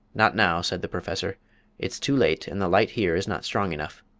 not now, said the professor it's too late, and the light here is not strong enough.